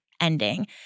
ending